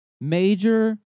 major